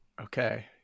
Okay